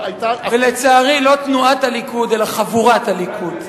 ולצערי, לא תנועת הליכוד אלא חבורת הליכוד.